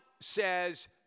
says